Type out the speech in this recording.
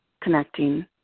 connecting